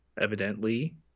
evidently